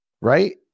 right